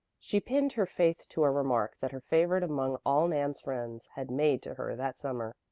she pinned her faith to a remark that her favorite among all nan's friends had made to her that summer.